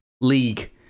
league